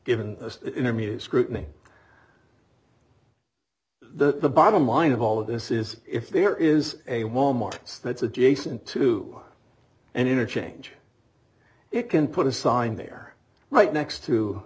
n intermediate scrutiny the bottom line of all of this is if there is a wal mart that's adjacent to and interchange it can put a sign there right next to